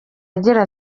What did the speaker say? agira